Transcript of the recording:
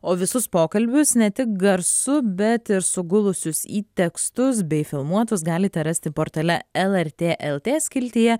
o visus pokalbius ne tik garsu bet ir sugulusius į tekstus bei filmuotus galite rasti portale lrt lt skiltyje